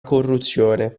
corruzione